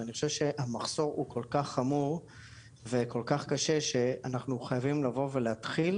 אני חושב שהמחסור הוא כל כך חמור וכל כך קשה שאנחנו חייבים לבוא ולהתחיל